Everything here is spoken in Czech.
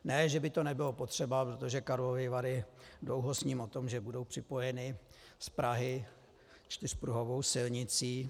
Ne že by to nebylo potřeba, protože Karlovy Vary dlouho sní o tom, že budou připojeny z Prahy čtyřpruhovou silnicí.